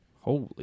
Holy